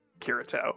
kirito